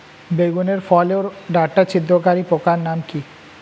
বেগুনের ফল ওর ডাটা ছিদ্রকারী পোকার নাম কি?